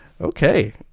okay